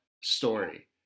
story